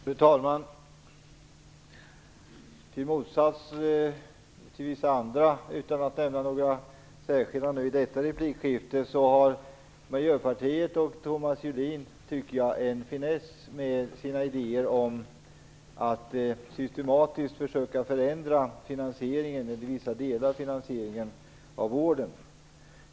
Fru talman! Miljöpartiet och Thomas Julin har, i motsats till vissa andra - jag nämner emellertid ingen särskild nu i denna replik - en finess med sina idéer om att systematiskt försöka förändra finansieringen eller vissa delar av finansieringen av vården.